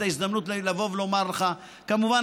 את ההזדמנות לבוא ולומר לך: כמובן,